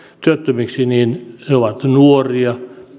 työttömiksi he ovat nuoria